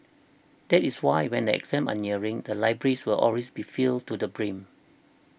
that is why when the exams are nearing the libraries will always be filled to the brim